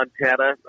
Montana